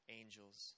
angels